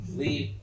leave